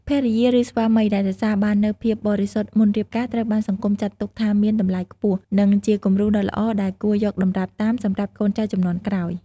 ភរិយា ឬស្វាមីដែលរក្សាបាននូវភាពបរិសុទ្ធមុនរៀបការ ត្រូវបានសង្គមចាត់ទុកថាមាន តម្លៃខ្ពស់ និងជាគំរូដ៏ល្អដែលគួរយកតម្រាប់តាមសម្រាប់កូនចៅជំនាន់ក្រោយ។